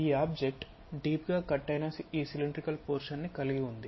ఈ object deep గా cut అయిన ఈ సిలిండ్రికల్ పోర్షన్ ని కలిగి ఉంటుంది